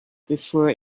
before